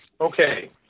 Okay